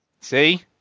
See